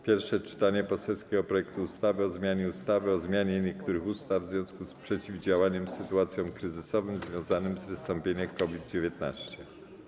Pierwsze czytanie poselskiego projektu ustawy o zmianie ustawy o zmianie niektórych ustaw w związku z przeciwdziałaniem sytuacjom kryzysowym związanym z wystąpieniem COVID-19.